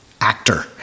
actor